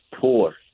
poor